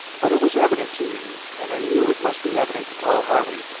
but it was evident to me, and i knew it must be evident to paul harley,